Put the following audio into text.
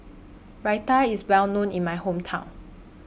Raita IS Well known in My Hometown